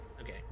Okay